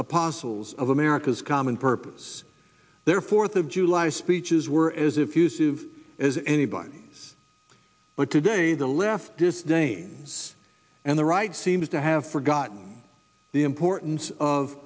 apostles of america's common purpose their fourth of july speeches were as if use of as anybody but today the left disdains and the right seems to have forgotten the importance of